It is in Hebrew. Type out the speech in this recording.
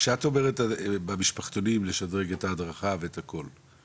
כשאת אומרת במשפחתונים לשדרג את ההדרכה ואת הכול,